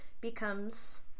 becomes